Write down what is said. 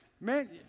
Man